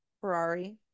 Ferrari